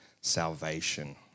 salvation